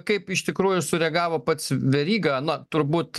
kaip iš tikrųjų sureagavo pats veryga na turbūt